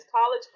college